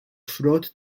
frott